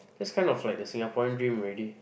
that's kind of like the Singaporean dream already